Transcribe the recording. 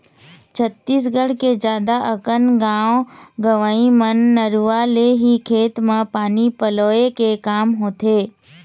छत्तीसगढ़ के जादा अकन गाँव गंवई म नरूवा ले ही खेत म पानी पलोय के काम होथे